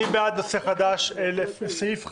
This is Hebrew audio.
מי בעד נושא חדש לסעיף 50?